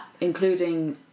Including